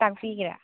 ꯇꯥꯛꯄꯤꯒꯦꯔꯥ